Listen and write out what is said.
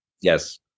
Yes